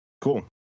Cool